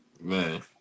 man